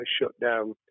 shutdown